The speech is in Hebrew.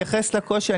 אני אתייחס לקושי,